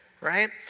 right